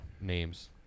names